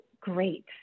great